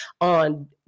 on